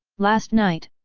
last night,